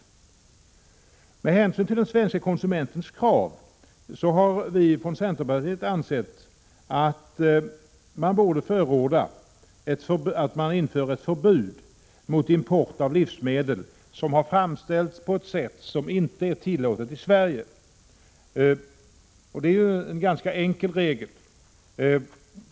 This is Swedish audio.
Med hänsyn till den svenska konsumentens krav förordar vi från centern att man inför ett förbud mot import av livsmedel som har framställts på ett sätt som inte är tillåtet i Sverige. Det är ju en ganska enkel regel.